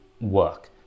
work